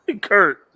Kurt